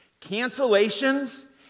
Cancellations